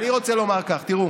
אני רוצה לומר כך: תראו,